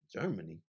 Germany